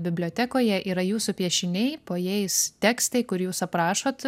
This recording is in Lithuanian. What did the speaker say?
bibliotekoje yra jūsų piešiniai po jais tekstai kur jūs aprašot